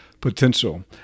potential